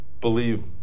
believe